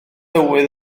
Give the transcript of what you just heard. tywydd